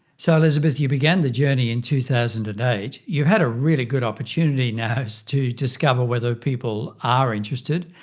so elizabeth, you began the journey in two thousand and eight. you had a really good opportunity now to discover whether people are interested.